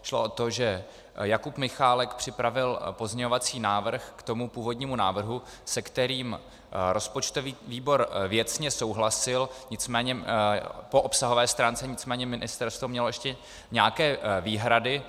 Šlo o to, že Jakub Michálek připravil pozměňovací návrh k tomu původnímu návrhu, se kterým rozpočtový výbor věcně souhlasil po obsahové stránce, nicméně ministerstvo mělo ještě nějaké výhrady.